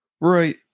Right